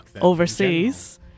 overseas